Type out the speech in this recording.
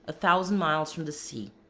a thousand miles from the sea.